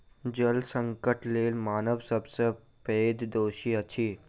जल संकटक लेल मानव सब सॅ पैघ दोषी अछि